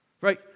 right